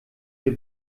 wir